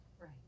Right